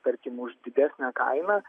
tarkim už didesnę kainą